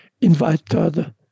invited